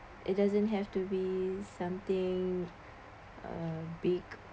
it doesn't have to be something uh big